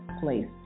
place